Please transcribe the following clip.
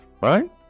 right